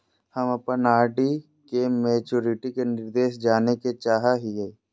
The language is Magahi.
हम अप्पन आर.डी के मैचुरीटी के निर्देश जाने के चाहो हिअइ